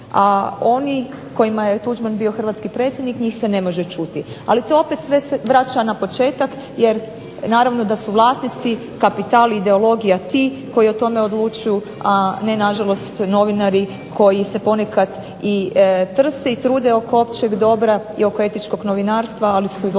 a oni kojima je Tuđman bio hrvatski predsjednik njih se ne može čuti. Ali to opet sve se vraća na početak, jer naravno da su vlasnici kapital ideologija ti koji o tome odlučuju, a ne na žalost novinari koji se ponekad i trse i trude oko općeg dobra i oko etičkog novinarstva, ali su izloženi